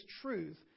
truth